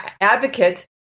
advocates